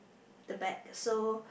the back so